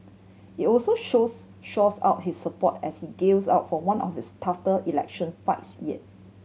it also shows shores up his support as he gills up for one of his t election fights yet